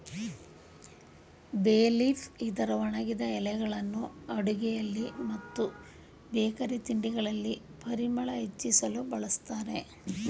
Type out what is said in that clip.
ಬೇ ಲೀಫ್ ಇದರ ಒಣಗಿದ ಎಲೆಗಳನ್ನು ಅಡುಗೆಯಲ್ಲಿ ಮತ್ತು ಬೇಕರಿ ತಿಂಡಿಗಳಲ್ಲಿ ಪರಿಮಳ ಹೆಚ್ಚಿಸಲು ಬಳ್ಸತ್ತರೆ